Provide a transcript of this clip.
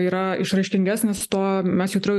yra išraiškingesnis tuo mes jautriau